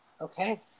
Okay